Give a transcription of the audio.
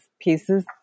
pieces